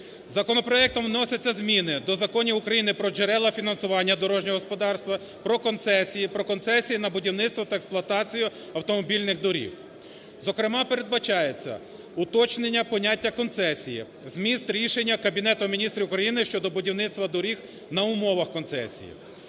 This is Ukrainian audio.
Законопроектом вносяться зміни до законів України: "Про джерела фінансування дорожнього господарства", "Про концесії", "Про концесії на будівництво та експлуатацію автомобільних доріг". Зокрема, передбачається уточнення поняття концесії, зміст рішення Кабінету Міністрів України щодо будівництва доріг на умовах концесії,